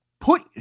Put